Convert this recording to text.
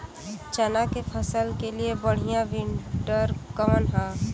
चना के फसल के लिए बढ़ियां विडर कवन ह?